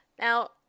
Now